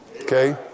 Okay